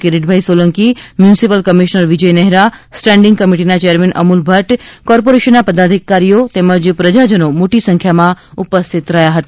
Kiritbhai Solanki municipal commissioner Vijay Nehra standing કમિટીના chairman Amul Bhatt કોર્પોરેશનના પદાધિકારીઓશ્રી અને પ્રજાજનો મોટી સંખ્યામાં ઉપસ્થિત રહ્યા હતા